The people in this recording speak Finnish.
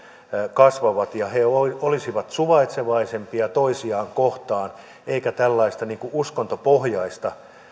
kasvavat ja he olisivat suvaitsevaisempia toisiaan kohtaan eikä tällaista erilaista uskontopohjaista